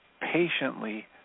patiently